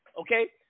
okay